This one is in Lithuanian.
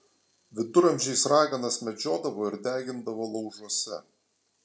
viduramžiais raganas medžiodavo ir degindavo laužuose